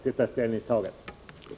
Detta ställningstagande förvånar mig.